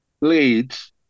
leads